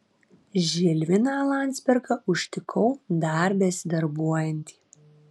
žilviną landzbergą užtikau dar besidarbuojantį